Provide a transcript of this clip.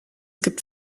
gibt